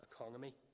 economy